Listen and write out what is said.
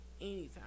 anytime